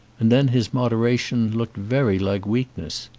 and then his moderation looked very like weak ness.